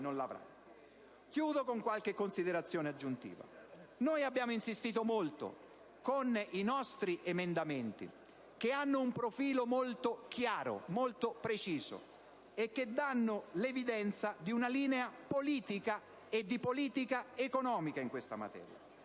con qualche considerazione aggiuntiva. Noi, con i nostri emendamenti, che hanno un profilo molto chiaro e preciso e che danno l'evidenza di una linea politica e di politica economica in questa materia,